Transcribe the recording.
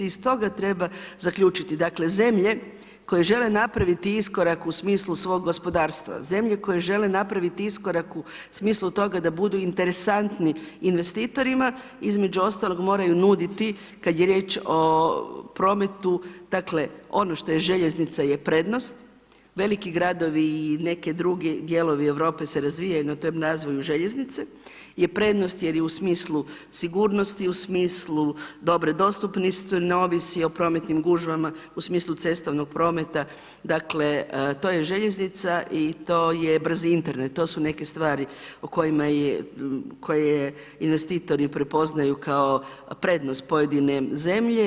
I stoga treba zaključiti, dakle zemlje koje žele napraviti iskorak u smislu svog gospodarstva, zemlje koje žele napraviti iskorak u smislu toga da budu interesantni investitorima između ostalog moraju nuditi kada je riječ o prometu, dakle ono što je željeznica je prednost, veliki gradovi i neki drugi dijelovi Europe se razvijaju na tom razvoju željeznice je prednost jer je u smislu sigurnosti, u smislu dobre dostupnosti, ne ovisi o prometnim gužvama u smislu cestovnog prometa, dakle to je željeznica i to je brzi Internet, to su neke stvari koje investitori prepoznaju kao prednost pojedine zemlje.